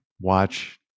watch